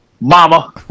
Mama